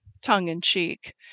tongue-in-cheek